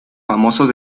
famosos